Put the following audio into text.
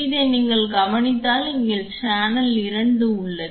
இதை நீங்கள் கவனித்தால் இங்கே சேனல் 2 உள்ளது